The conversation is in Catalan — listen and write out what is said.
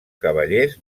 cavallers